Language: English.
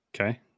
okay